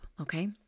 okay